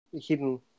hidden